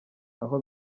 aho